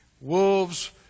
Wolves